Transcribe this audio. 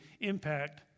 impact